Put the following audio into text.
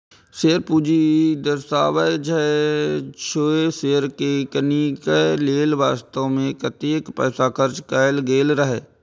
share पूंजी ई दर्शाबै छै, जे शेयर कें कीनय लेल वास्तव मे कतेक पैसा खर्च कैल गेल रहै